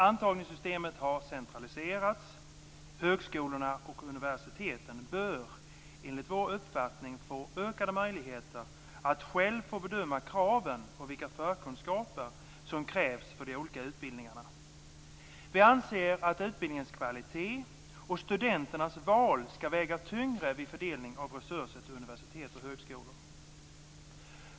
Antagningssystemet har centraliserats, högskolorna och universiteten bör, enligt vår uppfattning, få ökade möjligheter att själva bedöma kraven på vilka förkunskaper som krävs för de olika utbildningarna. Vi anser att utbildningens kvalitet och studenternas val skall väga tyngre vid fördelningen av resurser till universitet och högskolor.